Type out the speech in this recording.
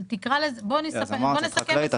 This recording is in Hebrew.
אז אמרת שאת חקלאית,